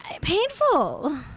Painful